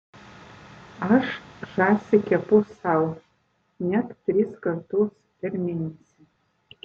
aš žąsį kepu sau net tris kartus per mėnesį